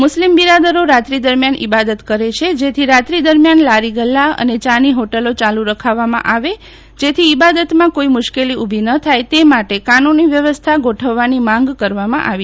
મુસ્લિમ બિરાદરો રાત્રી દરમિયાન ઈબાદત કરે છે જેથી રાત્રી દરમિયાન લારી ગલ્લા અને યાની હોટેલો યાલુ રાખવામાં આવે જેથી ઇબાદતમાં કોઈ મુશ્કેલી ઉભી ન થાય તે માટે કાનૂની વ્યવસ્થા ગોઠવવાની માંગ કરવામાં આવી છે